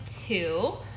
two